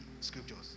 scriptures